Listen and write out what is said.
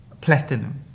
platinum